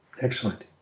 Excellent